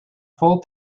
full